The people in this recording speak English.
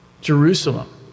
Jerusalem